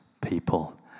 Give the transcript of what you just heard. people